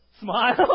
Smile